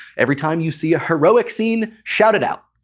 every time you see a heroic scene, shout it out.